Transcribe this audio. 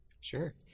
Sure